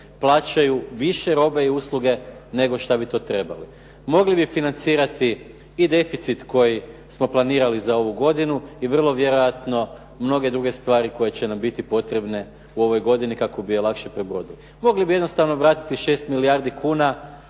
plaćaju više robe i usluge nego što bi to trebali. Mogli bi financirati i deficit koji smo planirali za ovu godinu i vrlo vjerojatno mnoge druge stvari koje će nam biti potrebne u ovoj godini kako bi je lakše prebrodili. Mogli bi jednostavno vratiti 6 milijardi kuna